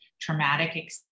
traumatic